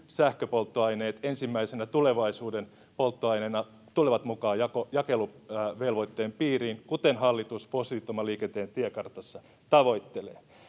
sähköpolttoaineet ensimmäisenä tulevaisuuden polttoaineena tulevat mukaan jakeluvelvoitteen piiriin, kuten hallitus fossiilittoman liikenteen tiekartassa tavoittelee.